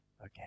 Okay